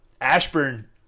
Ashburn